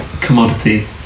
commodity